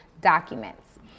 documents